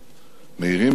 מאירים את דמותו,